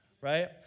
right